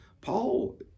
Paul